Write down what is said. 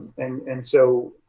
and and so,